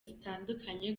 zitandukanye